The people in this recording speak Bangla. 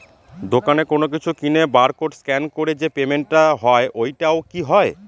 দোকানে কোনো কিছু কিনে বার কোড স্ক্যান করে যে পেমেন্ট টা হয় ওইটাও কি হয়?